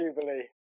Jubilee